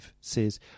says